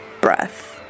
breath